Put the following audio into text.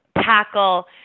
tackle